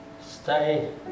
stay